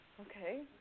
Okay